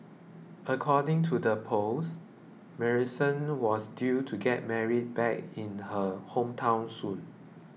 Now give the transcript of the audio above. according to the post Marisol was due to get married back in her hometown soon